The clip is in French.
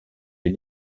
les